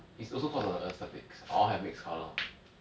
it's also cause of the aesthetics I want mix colours